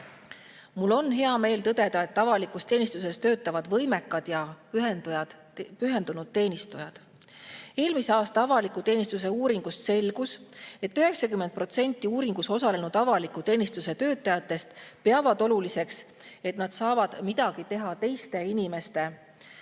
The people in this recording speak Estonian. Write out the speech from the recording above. Mul on hea meel tõdeda, et avalikus teenistuses töötavad võimekad ja pühendunud teenistujad. Eelmise aasta avaliku teenistuse uuringust selgus, et 90% uuringus osalenud avaliku teenistuse töötajatest peavad oluliseks, et nad saavad teha midagi teiste inimeste,